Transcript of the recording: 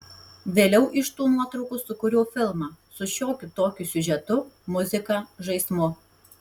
vėliau iš tų nuotraukų sukūriau filmą su šiokiu tokiu siužetu muzika žaismu